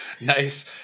nice